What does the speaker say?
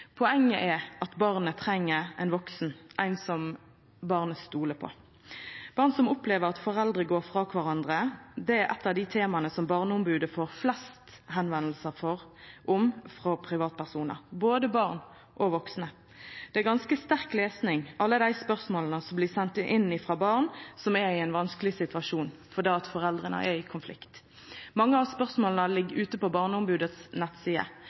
Poenget er at barnet treng ein vaksen, ein som barnet stolar på. Barn som opplever at foreldre går frå kvarandre, er eitt av dei temaa som Barneombodet får flest spørsmål om frå privatpersonar, både barn og vaksne. Det er ganske sterk lesing, alle dei spørsmåla som blir sende inn frå barn som er i ein vanskeleg situasjon fordi foreldra er i konflikt. Mange av spørsmåla ligg ute på Barneombodets nettside.